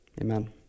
amen